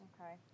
Okay